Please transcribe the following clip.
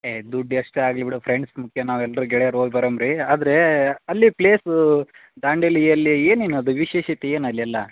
ಏ ದುಡ್ಡು ಎಷ್ಟೇ ಆಗಲಿ ಬಿಡು ಫ್ರೆಂಡ್ಸ್ ಮುಖ್ಯ ನಾವೆಲ್ಲರು ಗೆಳೆಯರು ಹೋಗ್ ಬರಮ ರೀ ಆದರೆ ಅಲ್ಲಿ ಪ್ಲೇಸೂ ದಾಂಡೇಲಿಯಲ್ಲಿ ಏನೇನು ಅದು ವಿಶೇಷತೆ ಏನು ಅಲ್ಲೆಲ್ಲ